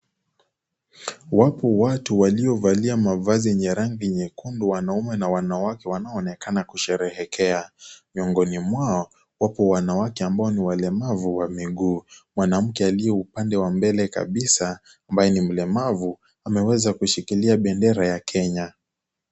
Wapo watu waliovalia mavazi yenye rangi nyekundu wanaume na wanawake wanaoonekana kusheherekea. Miongoni mwao wapo wanawake ambao ni walemavu wa miguu mwanamke aliye upande wa mbele kabisa ambaye ni mlemavu ameweza kushikilia bendera ya Kenya.